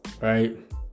right